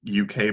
uk